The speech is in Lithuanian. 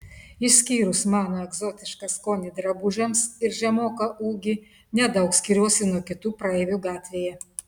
išskyrus mano egzotišką skonį drabužiams ir žemoką ūgį nedaug skiriuosi nuo kitų praeivių gatvėje